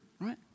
right